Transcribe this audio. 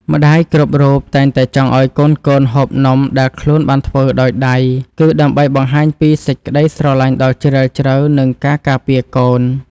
ម្ដាយគ្រប់រូបតែងតែចង់ឱ្យកូនៗហូបនំដែលខ្លួនបានធ្វើដោយដៃ គឺ ដើម្បីបង្ហាញពីសេចក្ដីស្រឡាញ់ដ៏ជ្រាលជ្រៅនិងការការពារកូន។